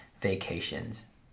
vacations